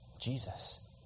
Jesus